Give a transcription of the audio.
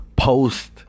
post